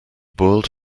boiled